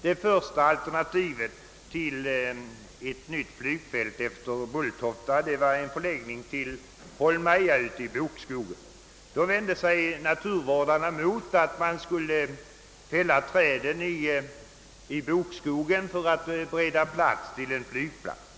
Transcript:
Det första alternativet till ett nytt flygfält efter Bulltofta var att förlägga det till Holmeja ute i bokskogen. Då vände sig naturvårdarna mot att man skulle fälla träden i bokskogen för att bereda rum för en flygplats.